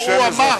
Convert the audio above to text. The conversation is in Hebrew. הוא אמר.